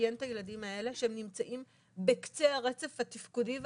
שמאפיין את הילדים האלה הוא שהם נמצאים בקצה הרצף התפקודי והטיפולי.